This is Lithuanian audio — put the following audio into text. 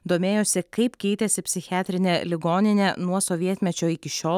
domėjosi kaip keitėsi psichiatrinė ligoninė nuo sovietmečio iki šiol